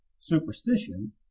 superstition